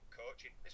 coaching